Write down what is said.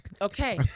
Okay